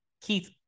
Keith